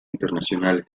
internacionales